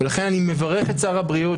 לכן אני מברך את שר הבריאות,